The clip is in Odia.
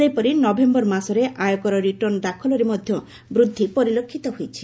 ସେହିପରି ନଭେମ୍ବର ମାସରେ ଆୟକର ରିଟର୍ଣ୍ଣ ଦାଖଲରେ ମଧ୍ୟ ବୃଦ୍ଧି ପରିଲକ୍ଷିତ ହୋଇଛି